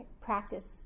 practice